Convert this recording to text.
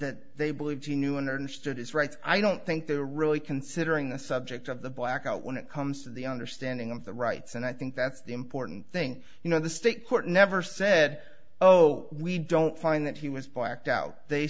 that they believe he knew in earnest of his rights i don't think they're really considering the subject of the blackout when it comes to the understanding of the rights and i think that's the important thing you know the state court never said oh we don't find that he was blacked out they